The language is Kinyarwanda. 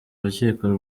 urukiko